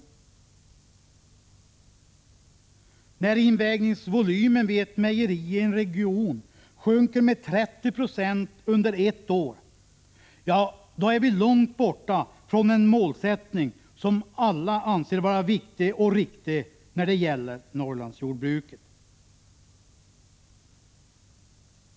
När invägningsvolymen vid ett mejeri i en region sjunker med 30 20 under ett år, då är vi långt borta från den målsättning som alla anser vara viktig och riktig när det gäller Norrlandsjordbruket.